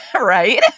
Right